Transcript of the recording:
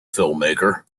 filmmaker